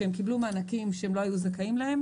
שהם קיבלו מענקים שהם לא היו זכאים להם